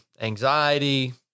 anxiety